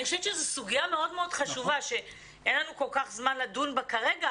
אני חושבת שזאת סוגיה מאוד מאוד חשובה שאין לנו כל כך זמן לדון בה כרגע,